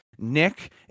Nick